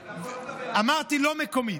אמרתי, לא מקומית.